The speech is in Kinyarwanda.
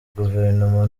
guverinoma